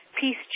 peace